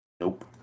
Nope